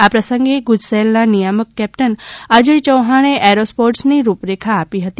આ પ્રસંગે ગુજસેલના નિયામક કેપ્ટન અજયચૌહાણે એરોસ્પોર્ટસની રૂપરેખા આપી હતી